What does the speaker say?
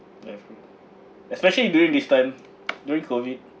ya true especially during this time during COVID